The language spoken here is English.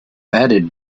added